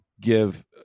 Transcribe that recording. give